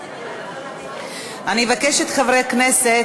אני מבקשת, חברי הכנסת,